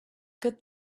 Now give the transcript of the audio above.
good